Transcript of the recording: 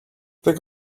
think